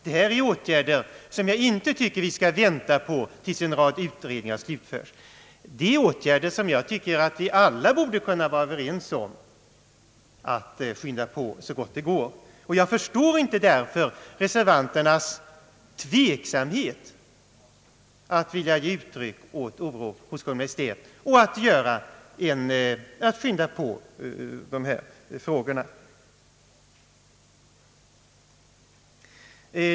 Det är här fråga om åtgärder, som vi enligt min mening inte bör vänta med att vidta till dess att en rad utredningar slutförts, Jag tycker att vi borde kunna vara överens om att dessa åtgärder skall påskyndas så gott det går. Jag förstår därför inte reservanternas tveksamhet när det gäller att ge uttryck åt den oro vi alla känner och när det gäller att hemställa hos Kungl. Maj:t att påskynda prövningen av dessa frågor.